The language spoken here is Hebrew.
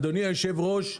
אדוני היושב-ראש,